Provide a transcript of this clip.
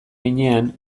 heinean